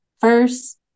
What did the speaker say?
first